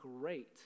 great